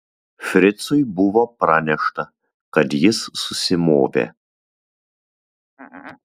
fricui buvo pranešta kad jis susimovė